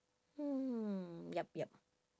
hmm yup yup